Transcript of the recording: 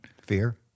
Fear